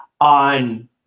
on